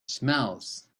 smells